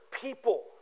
people